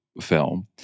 film